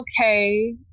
okay